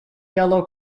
yellow